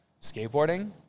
skateboarding